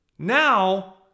Now